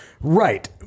Right